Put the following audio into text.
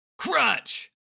Crunch